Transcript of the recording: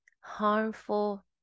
harmful